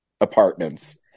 Apartments